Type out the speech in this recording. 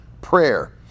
prayer